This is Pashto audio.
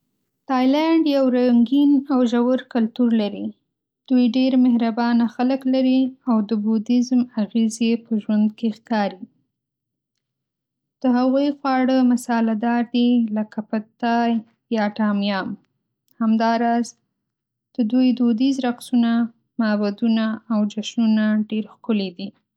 تايلنډ یو رنګین او ژور کلتور لري. دوی ډېر مهربانه خلک لري او د بودیزم اغېز یې په ژوند کې ښکاري. د هغوی خواړه مساله‌دار دي، لکه "پد تای" یا "ټام یام". همداراز، د دوی دودیز رقصونه، معبدونه او جشنونه ډېر ښکلي دي.